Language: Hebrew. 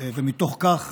ומתוך כך